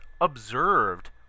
observed